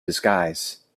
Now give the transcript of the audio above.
disguise